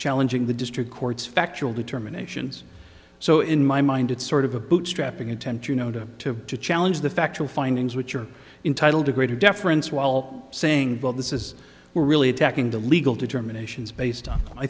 challenging the district courts factual determination so in my mind it's sort of a bootstrapping intent you know to to challenge the factual findings which are entitled to greater deference while saying well this is we're really attacking the legal determinations based on i